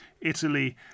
Italy